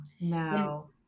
no